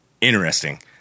interesting